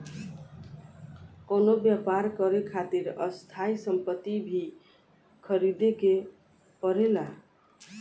कवनो व्यापर करे खातिर स्थायी सम्पति भी ख़रीदे के पड़ेला